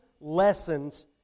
lessons